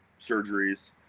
surgeries